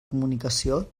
comunicació